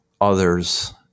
others